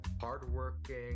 hardworking